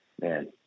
man